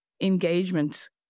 engagement